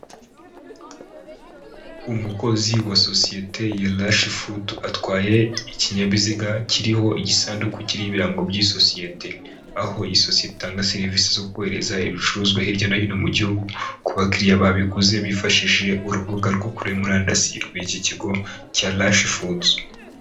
Umukozi wa sosiyete ya Rushfoods atwaye ikinyabiziga kiriho igisanduku kiriho ibirango by'iyi sosiyete, aho iyi sosiye itanga serivisi zo kohereza ibicuruzwa hirya no hino mu gihugu ku bakiriya babiguze bifashishije urubuga rwo kuri murandasi rw'iki kigo cya Rashfoods.